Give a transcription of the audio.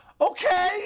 okay